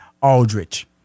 Aldrich